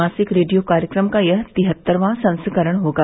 मासिक रेडियो कार्यक्रम का यह तिहत्तरवां संस्करण होगा